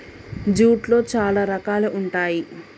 జూట్లో చాలా రకాలు ఉంటాయి